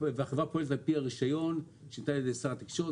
החברה פועלת על פי הרישיון שניתן על ידי שר התקשורת,